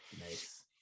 Nice